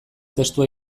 testua